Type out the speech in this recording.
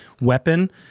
weapon